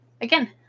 Again